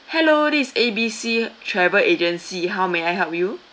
hello this is A B C travel agency how may I help you